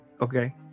Okay